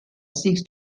seeks